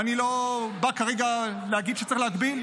ואני לא בא כרגע להגיד שצריך להגביל.